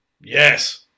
Yes